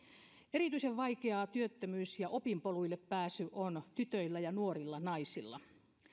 erityisen vaikeaa työttömyys ja opinpoluille pääsy on tytöillä ja nuorilla naisilla